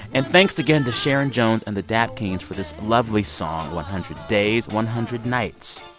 and thanks again to sharon jones and the dap kings for this lovely song, one hundred days, one hundred nights.